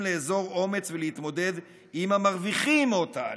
לאזור אומץ ולהתמודד עם המרוויחים מאותה אלימות.